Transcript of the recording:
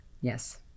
yes